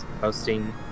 posting